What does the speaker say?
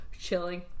chilling